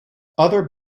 other